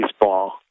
baseball